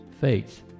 faith